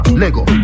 lego